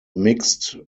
mixed